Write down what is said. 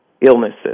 illnesses